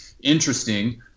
interesting